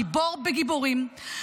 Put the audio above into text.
גיבור בגיבורים,